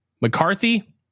McCarthy